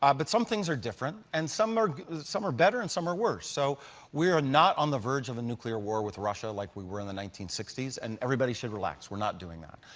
um but some things are different, and some are some are better and some are worse. so we are not on the verge of a nuclear war with russia like we were in the nineteen sixty s. and everybody should relax. we're not doing that.